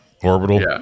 orbital